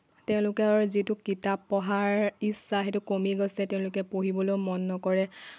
তেওঁলোকে আৰু যিটো কিতাপ পঢ়াৰ ইচ্ছা সেইটো কমি গৈছে তেওঁলোকে পঢ়িবলৈও মন নকৰে